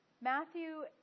Matthew